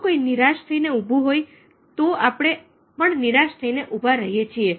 જો કોઈ નિરાશ થઈને ઊભું હોય તો આપણે પણ નિરાશ થઈને ઉભા રહી છીએ